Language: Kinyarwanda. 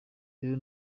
rero